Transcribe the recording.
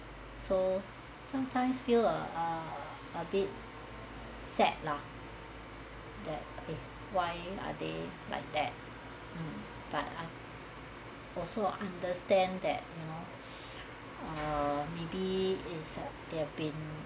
so sometimes feel err a bit sad lah that why are they like that hmm but I also understand that err maybe is (uh)they have been